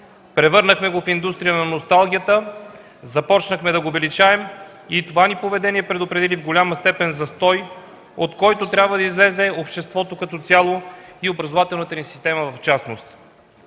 превърнахме го в индустрия на носталгията, започнахме да го величаем и това ни поведение предопредели в голяма степен застой, от който трябва да излезе обществото като цяло и образователната ни система в частност.